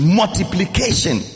multiplication